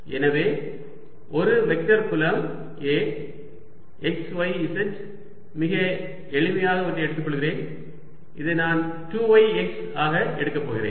எனவே ஒரு வெக்டர் புலம் A x y z மிக எளிமையான ஒன்றை எடுத்துக்கொள்வோம் இதை நான் 2 y x ஆக எடுக்கப் போகிறேன்